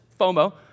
FOMO